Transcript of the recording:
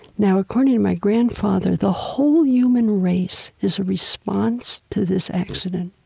now, according to my grandfather, the whole human race is a response to this accident.